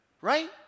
Right